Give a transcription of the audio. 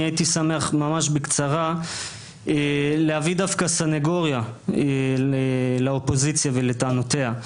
הייתי שמח להביא ממש בקצרה סנגוריה לאופוזיציה ולטענותיה.